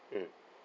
mmhmm